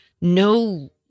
no